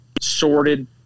sorted